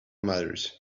matters